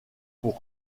pour